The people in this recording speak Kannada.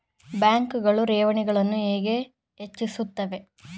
ಬ್ಯಾಂಕುಗಳು ಠೇವಣಿಗಳನ್ನು ಹೇಗೆ ಹೆಚ್ಚಿಸುತ್ತವೆ?